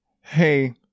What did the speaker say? Hey